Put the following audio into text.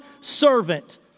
servant